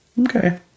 Okay